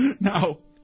no